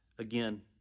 Again